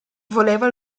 voleva